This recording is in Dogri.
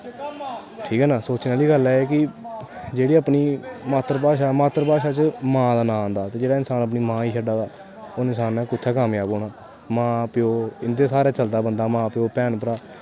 ठीक ऐ ना दिक्खनें आह्ली गल्ल ऐ कि जेह्ड़ी अपनी मात्तर भाशा मात्तर भाशा च मां दा नां आंदा ते जेह्ड़ा अपनी मां गी शड्डा दा ओह् इंसान नै कुत्थैं कामज़ाब होना मां प्यो इंदै स्हारै चलदा बंदा ते भैन भ्राह्